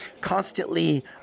constantly